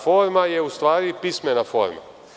Forma je u stvari pismena forma.